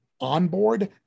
onboard